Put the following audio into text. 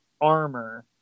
armor